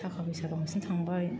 थाखा फैसा बांसिन थांबाय